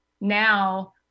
Now